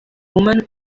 woman